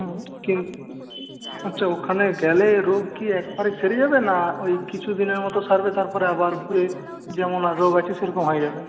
হুম ঠিক আচ্ছা ওখানে গেলে রোগ কি একবারে সেরে যাবে না ওই কিছুদিনের মত সারবে তারপরে আবার ঘুরে যেমন আগেও আছে সেরকম হয়ে যাবে